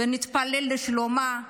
ונתפלל לשלומה,